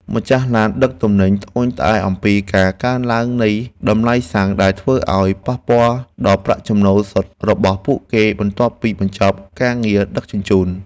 ម្ចាស់ឡានដឹកទំនិញត្អូញត្អែរអំពីការកើនឡើងនៃតម្លៃសាំងដែលធ្វើឱ្យប៉ះពាល់ដល់ប្រាក់ចំណូលសុទ្ធរបស់ពួកគេបន្ទាប់ពីបញ្ចប់ការងារ ដឹកជញ្ជូន។